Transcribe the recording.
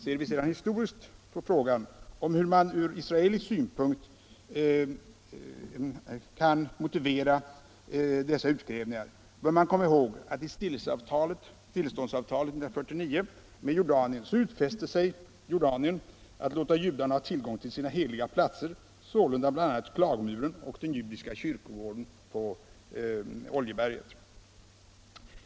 Ser vi sedan historiskt på frågan om hur man från israelisk synpunkt kan motivera dessa utgrävningar, så bör man komma ihåg att i stilleståndsavtalet med Jordanien 1949 utfäste sig Jordanien att låta judarna ha tillgång till sina heliga platser, bl.a. klagomuren och den judiska kyrkogården på Oljeberget.